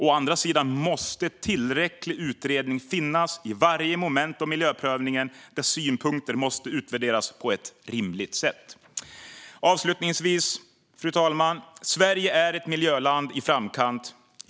Å andra sidan måste en tillräcklig utredning göras i varje moment av miljöprövningen, där synpunkter måste utvärderas på ett rimligt sätt. Avslutningsvis, fru talman - Sverige är ett miljöland i framkant.